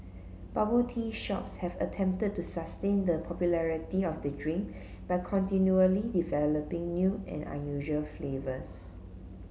bubble tea shops have attempted to sustain the popularity of the drink by continually developing new and unusual flavours